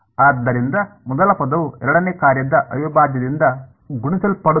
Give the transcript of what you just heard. ಆದ್ದರಿಂದ ಮೊದಲ ಪದವು ಎರಡನೆಯ ಕಾರ್ಯದ ಅವಿಭಾಜ್ಯದಿಂದ ಗುಣಿಸಲ್ಪಡುತ್ತದೆ